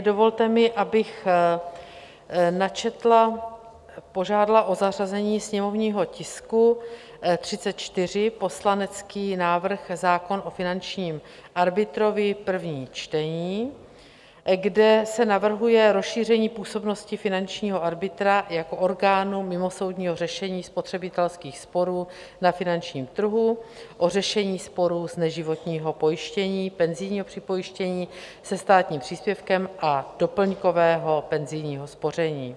Dovolte mi, abych načetla, požádala o zařazení sněmovního tisku 34 poslanecký návrh, zákon o finančním arbitrovi, první čtení, kde se navrhuje rozšíření působnosti finančního arbitra jako orgánu mimosoudního řešení spotřebitelských sporů na finančním trhu, o řešení sporu z neživotního pojištění, penzijního připojištění se státním příspěvkem a doplňkového penzijního spoření.